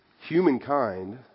humankind